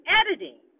editing